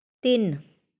ਤਿੰਨ